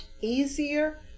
easier